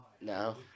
No